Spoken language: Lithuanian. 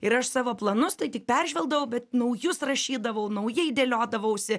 ir aš savo planus tai tik peržvelgdavau bet naujus rašydavau naujai dėliodavausi